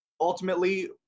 ultimately